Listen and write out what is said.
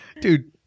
Dude